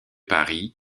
paris